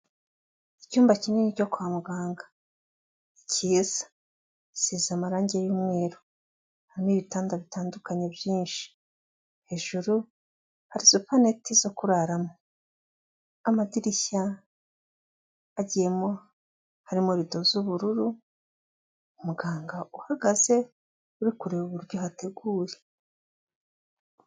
Icyumba kinini cyo kwa muganga cyiza, gisize amarangi y'umweru harimo ibitanda bitandukanye byinshi. Hejuru hari supernet zo kuraramo. Amadirishya agiyemo harimo rido z'ubururu, umuganga uhagaze uri kureba uburyo hateguwe.